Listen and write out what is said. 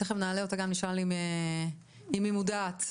תיכף נעלה אותה גם ונשאל אם היא מודעת,